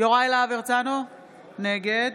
יוראי להב הרצנו, נגד